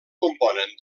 componen